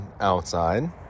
outside